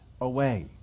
away